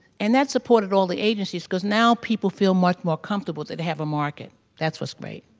and that supported all the agencies because now people feel much more comfortable that have a market. that's what's great.